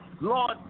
Lord